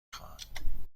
خواهم